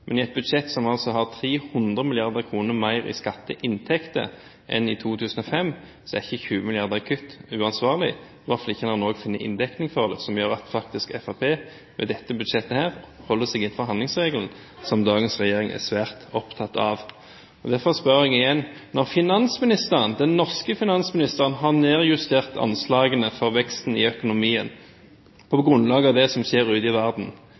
men i 21 mrd. kr. I et budsjett som altså har 300 mrd. kr mer i skatteinntekter enn i 2005, er ikke 20 mrd. kr i kutt uansvarlig, i hvert fall ikke når en finner inndekning for det, noe som gjør at Fremskrittspartiet i dette budsjettet faktisk holder seg innenfor handlingsregelen, som dagens regjering er svært opptatt av. Derfor spør jeg igjen: Når den norske finansministeren har nedjustert anslagene for veksten i økonomien på grunnlag av det som skjer ute i verden,